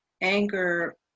anger